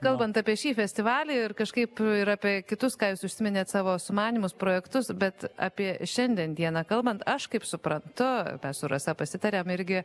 kalbant apie šį festivalį ir kažkaip ir apie kitus ką jūs užsiminėt savo sumanymus projektus bet apie šiandien dieną kalbant aš kaip suprantu su rasa pasitarėm irgi